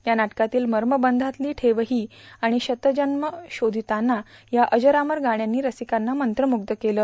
या वाट्कातील मर्मबंधातली ठेव ही आणि शतजब्म शोधिताना या अजरामर गाण्यांनी रसिकांना मंत्रमुख्य केलं